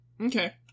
Okay